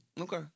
Okay